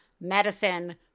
medicine